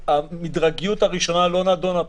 המדרגיות הראשונה לא נדונה פה,